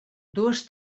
dues